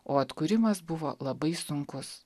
o atkūrimas buvo labai sunkus